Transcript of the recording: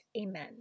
Amen